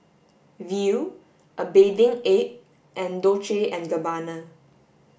Viu a Bathing Ape and Dolce and Gabbana